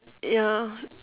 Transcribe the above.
ya